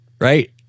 right